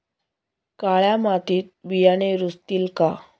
काळ्या मातीत बियाणे रुजतील का?